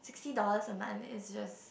sixty dollars a month eh is just